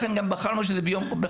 לכן גם בחרנו שזה בחנוכה,